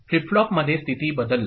flip flop मध्ये स्थिती बदल